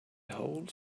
whole